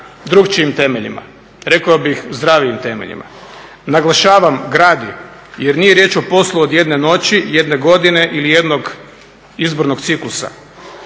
drukčijim temeljima, rekao bih zdravijim temeljima. Naglašavam gradi, jer nije riječ o poslu od jedne noći, jedne godine ili jednog izbornog ciklusa.